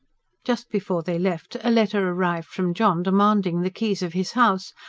just before they left, a letter arrived from john demanding the keys of his house,